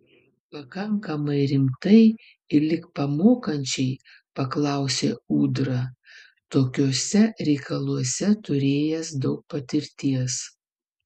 pakankamai rimtai ir lyg pamokančiai paklausė ūdra tokiuose reikaluose turėjęs daug patirties